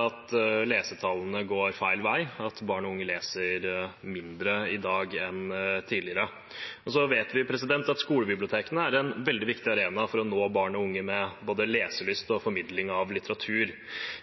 at lesetallene går feil vei, at barn og unge leser mindre i dag enn tidligere. Vi vet at skolebibliotekene er en veldig viktig arena for å nå barn og unge for både leselyst og formidling av litteratur.